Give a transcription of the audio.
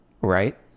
right